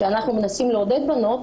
שאנחנו מנסים לעודד בנות,